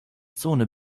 zone